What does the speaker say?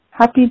Happy